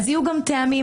יהיו גם טעמים.